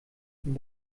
ihnen